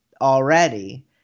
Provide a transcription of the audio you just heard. already